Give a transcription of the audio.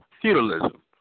feudalism